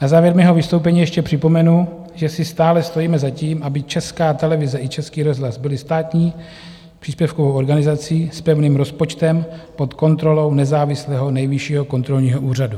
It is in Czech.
Na závěr mého vystoupení ještě připomenu, že si stále stojíme za tím, aby Česká televize i Český rozhlas byly státní příspěvkovou organizací s pevným rozpočtem pod kontrolou nezávislého Nejvyššího kontrolního úřadu.